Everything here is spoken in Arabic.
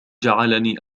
جعلني